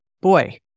boy